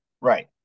right